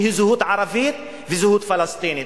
שהיא זהות ערבית וזהות פלסטינית.